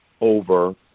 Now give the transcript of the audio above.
over